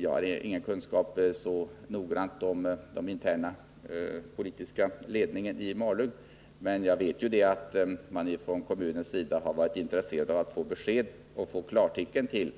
Jag har ingen noggrann kunskap om den interna politiska ledningen i Malung. Men jag vet att man från kommunens sida har varit intresserad av att få klartecken när